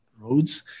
roads